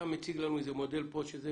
אתה מציג לנו איזה מודל שזה